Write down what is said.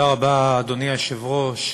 אדוני היושב-ראש,